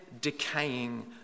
decaying